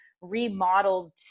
remodeled